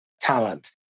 talent